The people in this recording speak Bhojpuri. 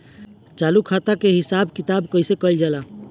चालू खाता के हिसाब किताब कइसे कइल जाला?